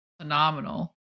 phenomenal